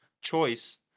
choice